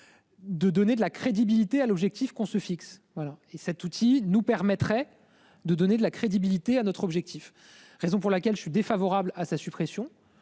De donner de la crédibilité à l'objectif qu'on se fixe. Voilà, et cet outil nous permettrait de donner de la crédibilité à notre objectif. Raison pour laquelle je suis défavorable à sa suppression.